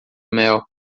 mel